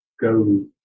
go